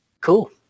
cool